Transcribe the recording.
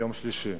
יום שלישי,